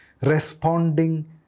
responding